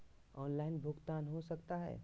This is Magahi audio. ऑनलाइन भुगतान हो सकता है?